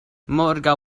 morgaŭ